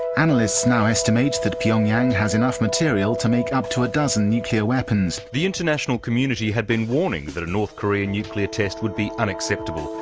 analysts now estimate that pyong yang has enough material to make up to a dozen nuclear weapons. the international community had been warning that a north korean nuclear test would be unacceptable,